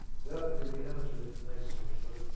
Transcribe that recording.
definitely the amateur. nice fish, buddy.